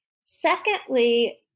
Secondly